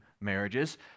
marriages